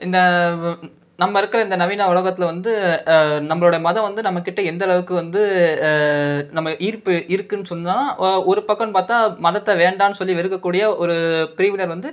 இந்த நம்ம இருக்கிற இந்த நவீன உலகத்தில் வந்து நம்மளோட மதம் வந்து நம்மகிட்டே எந்த அளவுக்கு வந்து நம்ம ஈர்ப்பு இருக்குதுன் சொன்னால் ஒரு பக்கம்ன்னு பார்த்தா மதத்தை வேண்டாம்னு சொல்லி வெறுக்கக்கூடிய ஒரு பிரிவினர் வந்து